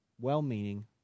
well-meaning